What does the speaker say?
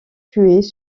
tués